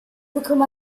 become